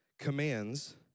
commands